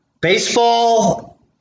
Baseball